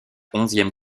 onzième